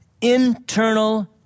internal